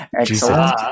Excellent